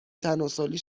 تناسلی